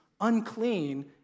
unclean